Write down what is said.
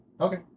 Okay